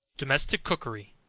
domestic cookery,